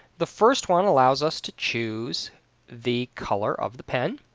the first one allows us to choose the color of the pen.